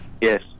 Yes